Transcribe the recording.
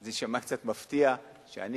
זה יישמע קצת מפתיע שאני,